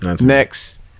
Next